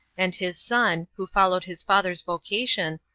and his son, who followed his father's vocation,